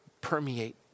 permeate